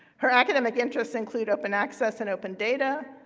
her academic interests include open access and open data,